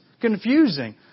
confusing